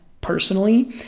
personally